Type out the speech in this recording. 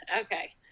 Okay